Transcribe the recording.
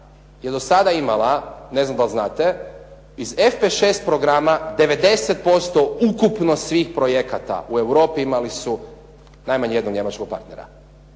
je dosada imala, ne znam dal' znate, iz FP6 programa, 90% ukupno svih projekata u Europi imali su najmanje jednog njemačkog partnera,